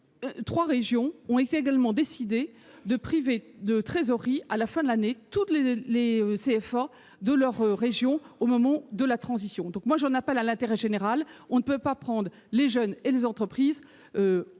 trois régions ont décidé de priver de trésorerie à la fin de l'année tous les CFA de leur région au moment de la transition. J'en appelle donc à l'intérêt général. On ne peut pas jouer avec les jeunes et les entreprises